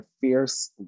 fierce